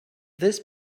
this